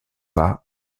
pas